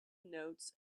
notes